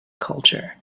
culture